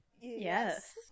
Yes